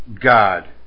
God